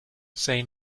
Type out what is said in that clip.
say